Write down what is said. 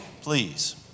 please